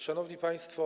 Szanowni Państwo!